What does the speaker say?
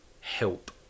help